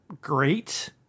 great